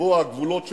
בקיבוע הגבולות שלנו.